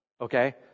okay